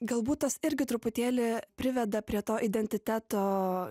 galbūt tas irgi truputėlį priveda prie to identiteto